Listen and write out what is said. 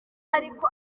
ariko